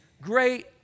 great